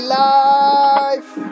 life